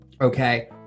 okay